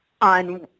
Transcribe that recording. On